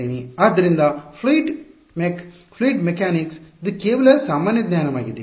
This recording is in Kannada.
ಆದ್ದರಿಂದ ಫ್ಲೂಯಿಡ್ ಮೆಕ್ ಫ್ಲೂಯಿಡ್ ಮೆಕ್ಯಾನಿಕ್ಸ್ ಇದು ಕೇವಲ ಸಾಮಾನ್ಯ ಜ್ಞಾನವಾಗಿದೆ